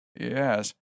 Yes